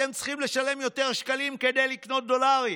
אתם צריכים לשלם יותר שקלים כדי לקנות דולרים,